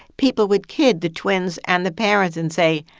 people would kid the twins and the parents and say,